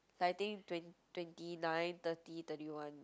like I think twen~ twenty nine thirty thirty one